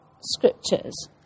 scriptures